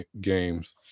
games